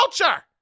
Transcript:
culture